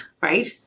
Right